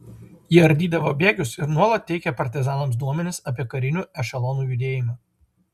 ji ardydavo bėgius ir nuolat teikė partizanams duomenis apie karinių ešelonų judėjimą